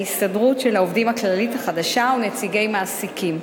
נציגי הסתדרות העובדים הכללית החדשה ונציגי מעסיקים.